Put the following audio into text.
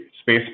space